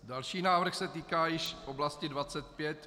Další návrh se týká již oblasti 25.